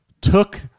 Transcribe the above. took